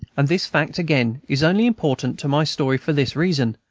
and this fact again is only important to my story for this reason,